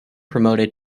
promoted